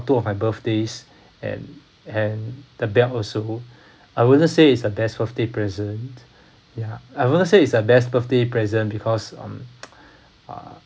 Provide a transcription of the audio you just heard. two of my birthdays and and the belt also I wouldn't say it's the best birthday present ya I wouldn't say it's the best birthday present because um uh